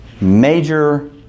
Major